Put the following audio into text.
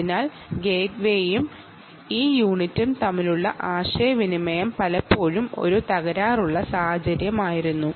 അതിനാൽ ഗേറ്റ്വേയും ഈ യൂണിറ്റും തമ്മിലുള്ള ആശയവിനിമയം പലപ്പോഴും തകരാറാവുന്നു